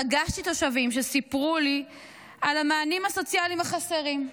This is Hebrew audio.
פגשתי תושבים שסיפרו לי על המענים הסוציאליים החסרים,